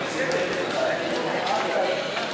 התשע"ג 2013,